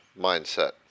mindset